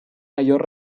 mayor